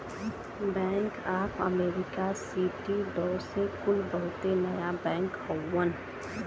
bank of America, Citi, Deutsche कुल बहुते नया बैंक हउवन